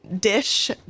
dish